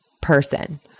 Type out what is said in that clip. person